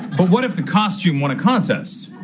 but what if the costume won a contest?